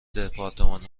دپارتمان